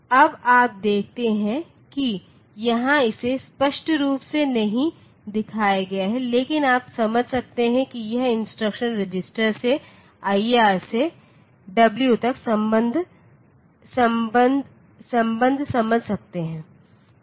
अब आप देखते हैं कि यहां इसे स्पष्ट रूप से नहीं दिखाया गया है लेकिन आप समझ सकते हैं कि यह इंस्ट्रक्शन रजिस्टर से आईआर से w तक सम्बन्ध समझ सकते है है